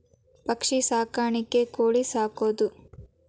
ಪಕ್ಷಿ ಸಾಕಾಣಿಕೆ ಕೋಳಿ ಸಾಕುದು